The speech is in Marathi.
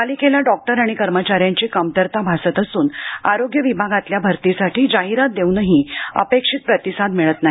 पालिकेला डॉक्टर आणि कर्मचाऱ्यांची कमतरता भासत असून आरोग्य विभागातल्या भरतीसाठी जाहीरात देऊनही अपेक्षीत प्रतिसाद मिळत नाही